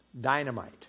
dynamite